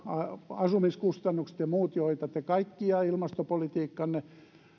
asumiskustannukset ja muut joita kaikkia te ilmastopolitiikkannekin